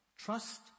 Trust